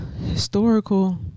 historical